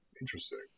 Interesting